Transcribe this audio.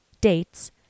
dates